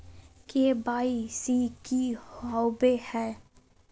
KYC की हॉबे हय?